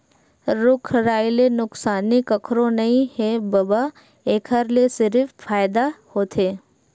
रूख राई ले नुकसानी कखरो नइ हे बबा, एखर ले सिरिफ फायदा होथे